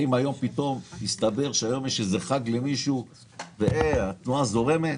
האם יש ביום מסוים חג למישהו והתנועה זורמת.